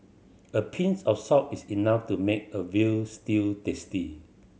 a pinch of salt is enough to make a veal stew tasty